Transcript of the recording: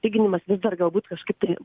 piginimas vis dar galbūt kažkaip tai